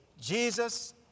Jesus